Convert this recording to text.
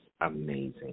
amazing